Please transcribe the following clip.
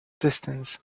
distance